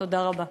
תודה רבה.